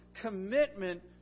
commitment